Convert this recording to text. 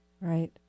Right